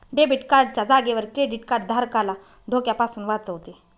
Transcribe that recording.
debit card च्या जागेवर credit card धारकाला धोक्यापासून वाचवतो